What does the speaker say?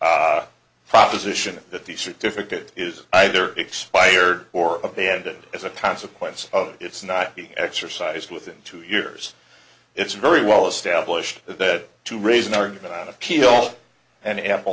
the proposition that the certificate is either expired or abandoned as a consequence of it's not exercised within two years it's very well established that to raise an argument on appeal and ample a